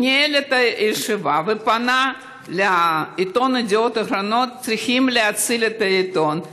ניהל את הישיבה ופנה לעיתון ידיעות אחרונות: צריכים להציל את העיתון.